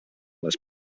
les